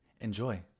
Enjoy